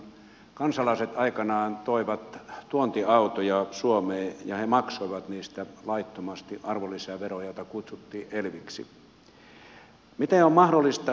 kansalaiset aikanaan toivat tuontiautoja suomeen ja he maksoivat niistä laittomasti arvonlisäveroa jota kutsuttiin elviksi